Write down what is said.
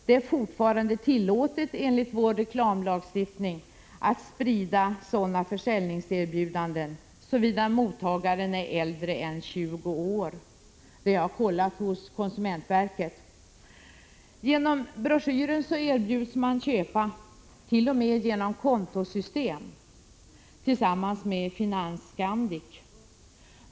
Det är fortfarande tillåtet enligt vår reklamlagstiftning att sprida sådana försäljningserbjudanden, såvida mottagaren är äldre än 20 år. Det har jag kollat hos konsumentverket. Genom broschyren erbjuds man köpa, t.o.m. genom kontosystem tillsammans med FinansSkandic AB.